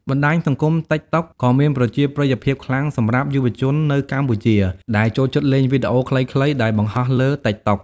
បណ្ដាញសង្គម តិកតុក ក៏មានប្រជាប្រិយភាពខ្លាំងសម្រាប់យុវជននៅកម្ពុជា ដែលចូលចិត្តលេងវីដេអូខ្លីៗដែលបង្ហោះលើ តិកតុក។